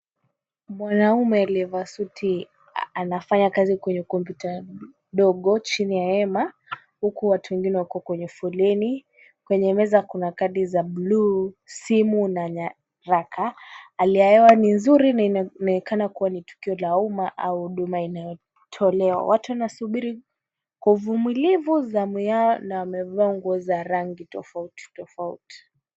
Mwanaume aliyevaa suti, anafanya kazi kwenye computer ndogo chini ya hema huku watu wengine wako kwenye foleni. Kwenye meza kuna kadi za bluu simu na nyaraka. Hali ya hewa ni nzuri na inaonekana kuwa ni tukio la umma au huduma inayotolewa. Watu wanasubiri kwa uvumilivu za miale na amevaa rangi tofauti tofauti.